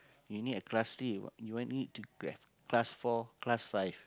you need a class C you need to get class four class five